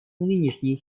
нынешней